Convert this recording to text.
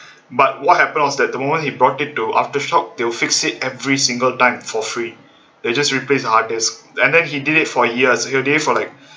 but what happened was that the moment he brought it to aftershock they'll fix it every single time for free they just replace the hard disk and then he did it for years he did it for like